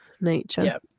nature